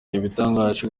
yabitangaje